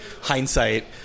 hindsight